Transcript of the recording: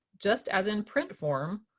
just as in print form,